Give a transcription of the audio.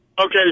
Okay